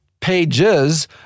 pages